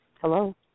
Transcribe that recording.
Hello